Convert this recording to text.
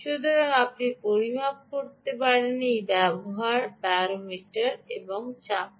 সুতরাং আপনি পরিমাপ করতে পারেন এই ব্যারোমিটার ব্যবহার করে চাপ দিন